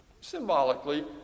symbolically